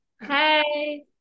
Hey